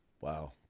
Wow